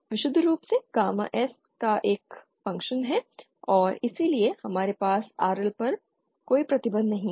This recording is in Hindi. विशुद्ध रूप से गामा S का एक फ़ंक्शन है और इसलिए हमारे पास RL पर कोई प्रतिबंध नहीं है